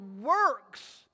works